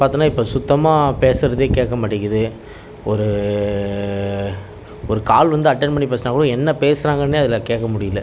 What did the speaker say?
பார்த்தேன்னா இப்போ சுத்தமாக பேசுகிறதே கேட்க மாட்டேங்குது ஒரு ஒரு கால் வந்து அட்டன் பண்ணி பேசினா கூட என்ன பேசுகிறாங்கன்னே அதில் கேட்க முடியல